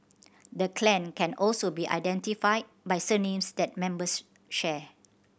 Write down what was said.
the clan can also be identified by surnames that members share